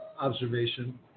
observation